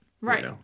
Right